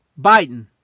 Biden